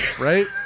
right